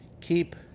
keep